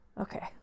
Okay